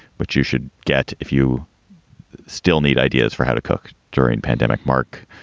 but you should get if you still need ideas for how to cook during pandemic. mark.